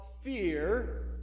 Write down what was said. fear